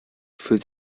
fühlt